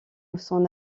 son